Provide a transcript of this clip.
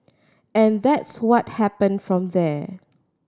and that's what happened from there